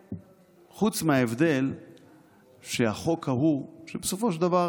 חוץ מההבדל שהחוק ההוא, כי בסופו של דבר